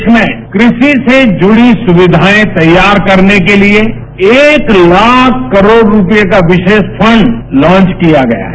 देश में कृषि से जुड़ी सुक्वियाएं तैयार करने के लिए एक ताख करोड़ रूपये का विशेष फण्ड लांच किया गया है